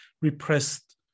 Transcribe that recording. repressed